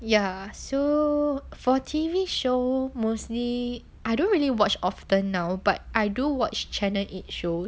ya so for T_V show mostly I don't really watch often now but I do watch channel eight shows